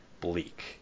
bleak